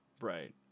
right